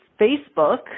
Facebook